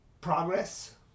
progress